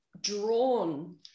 drawn